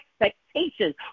expectations